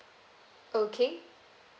okay